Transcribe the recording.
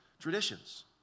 traditions